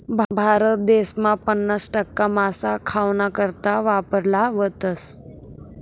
भारत देसमा पन्नास टक्का मासा खावाना करता वापरावतस